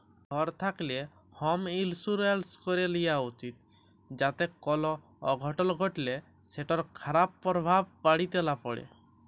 ঘর থ্যাকলে হম ইলসুরেলস ক্যরে লিয়া উচিত যাতে কল অঘটল ঘটলে সেটর খারাপ পরভাব বাড়িতে লা প্যড়ে